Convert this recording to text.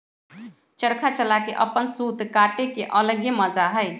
चरखा चला के अपन सूत काटे के अलगे मजा हई